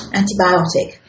antibiotic